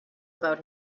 about